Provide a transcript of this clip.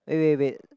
wait wait wait